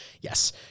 Yes